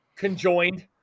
conjoined